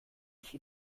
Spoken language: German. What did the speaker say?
ich